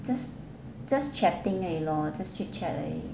just just chatting 而已 lor chit-chat 而已